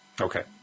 Okay